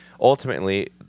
ultimately